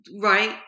right